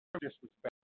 disrespect